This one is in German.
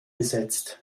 besetzt